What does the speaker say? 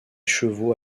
chevaux